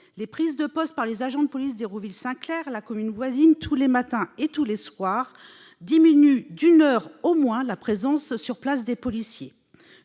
Les prises de poste par les agents de police d'Hérouville-Saint-Clair à Caen, la commune voisine, tous les matins et tous les soirs, diminuent d'une heure au moins la présence sur place des policiers.